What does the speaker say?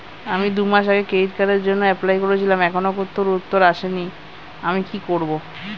আমি দুমাস আগে ক্রেডিট কার্ডের জন্যে এপ্লাই করেছিলাম এখনো কোনো উত্তর আসেনি আমি কি করব?